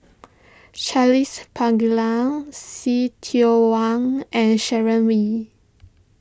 Charles Paglar See Tiong Wah and Sharon Wee